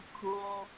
cool